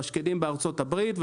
בשקדים בארצות הברית.